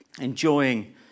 enjoying